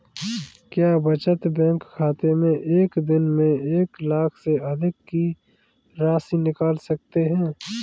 क्या बचत बैंक खाते से एक दिन में एक लाख से अधिक की राशि निकाल सकते हैं?